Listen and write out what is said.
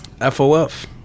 FOF